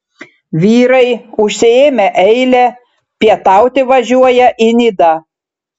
vyrai užsiėmę eilę pietauti važiuoja į nidą